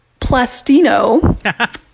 plastino